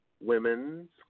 Women's